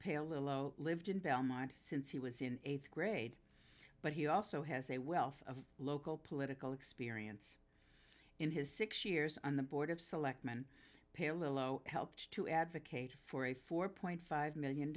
a low lived in belmont since he was in eighth grade but he also has a wealth of local political experience in his six years on the board of selectmen pay a little low helped to advocate for a four point five million